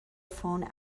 phone